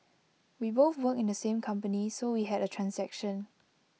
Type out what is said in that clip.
we both work in the same company so we had A transaction